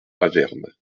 avermes